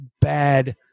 bad